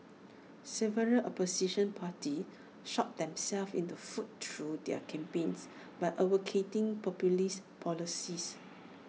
several opposition parties shot themselves in the foot through their campaigns by advocating populist policies